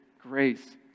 grace